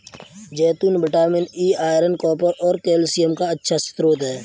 जैतून vitamin E, iron, copper और calcium का अच्छा स्रोत हैं